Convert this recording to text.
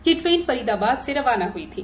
यह ट्रेन फरीदाबाद से रवाना हई थी